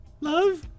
love